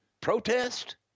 Protest